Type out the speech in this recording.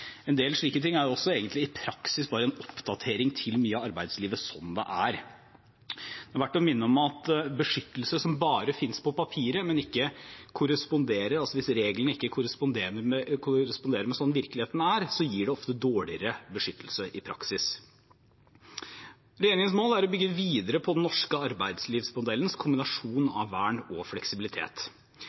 En del slike ting er også egentlig i praksis bare en oppdatering til det nye arbeidslivet som det er. Det er verdt å minne om at beskyttelse som bare finnes på papiret, men ikke korresponderer – altså at reglene ikke korresponderer med slik virkeligheten er – ofte gir dårligere beskyttelse i praksis. Regjeringens mål er å bygge videre på den norske arbeidslivsmodellens kombinasjon av vern og fleksibilitet.